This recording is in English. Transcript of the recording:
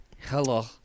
Hello